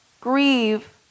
grieve